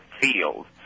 field